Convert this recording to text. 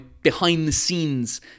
behind-the-scenes